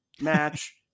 match